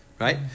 right